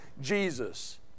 Jesus